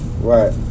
Right